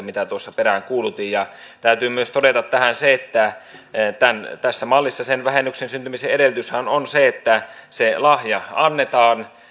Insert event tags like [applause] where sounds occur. [unintelligible] mitä tuossa peräänkuulutin ja täytyy myös todeta tähän se että tässä mallissa sen vähennyksen syntymisen edellytyshän on se että se lahja annetaan